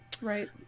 right